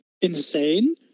insane